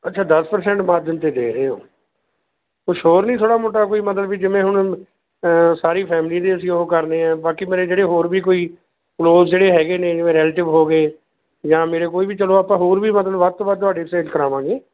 ਅੱਛਾ ਦਸ percent margin 'ਤੇ ਦੇ ਰਹੇ ਹੋ ਕੁਛ ਹੋਰ ਨਹੀਂ ਥੋੜ੍ਹਾ ਮੋਟਾ ਕੋਈ ਮਤਲਬ ਵੀ ਜਿਵੇਂ ਹੁਣ ਸਾਰੀ ਫੈਮਲੀ ਦੇ ਅਸੀਂ ਉਹ ਕਰਨੇ ਆ ਬਾਕੀ ਮੇਰੇ ਜਿਹੜੇ ਹੋਰ ਵੀ ਕੋਈ ਕਲੋਜ ਜਿਹੜੇ ਹੈਗੇ ਨੇ ਜਿਵੇਂ ਰੈਲੇਟਿਵ ਹੋ ਗਏ ਜਾਂ ਮੇਰੇ ਕੋਈ ਵੀ ਚਲੋ ਆਪਾਂ ਹੋਰ ਵੀ ਮਤਲਬ ਵ ਵੱਧ ਤੋਂ ਵੱਧ ਤੁਹਾਡੇ ਸੇਲ ਕਰਾਵਾਂਗੇ